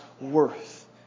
worth